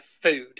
food